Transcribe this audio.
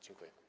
Dziękuję.